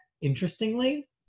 interestingly